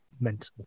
mental